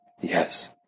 Yes